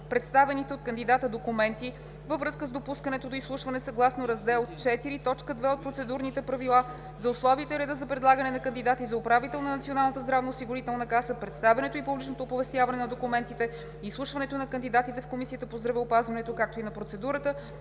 представените от кандидата документи във връзка с допускането до изслушване съгласно Раздел IV, т. 2 от Процедурните правила за условията и реда за предлагане на кандидати за управител на Националната здравноосигурителна каса, представянето и публичното оповестяване па документите и изслушването на кандидатите в Комисията по здравеопазването, както и на процедурата